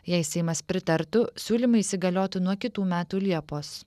jei seimas pritartų siūlymai įsigaliotų nuo kitų metų liepos